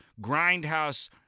Grindhouse